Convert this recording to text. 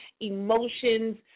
emotions